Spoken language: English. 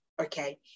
okay